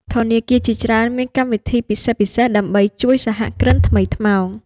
ធនាគារជាច្រើនមានកម្មវិធីពិសេសៗដើម្បីជួយសហគ្រិនថ្មីថ្មោង។